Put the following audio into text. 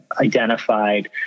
identified